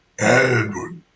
Edward